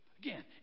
Again